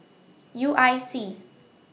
U I C